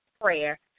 prayer